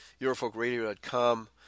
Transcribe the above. eurofolkradio.com